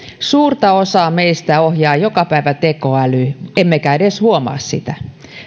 suurta osaa meistä ohjaa joka päivä tekoäly emmekä edes huomaa sitä